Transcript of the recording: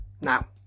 Now